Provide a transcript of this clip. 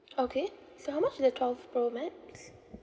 okay so how much is the twelve pro max